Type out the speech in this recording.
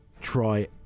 try